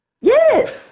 Yes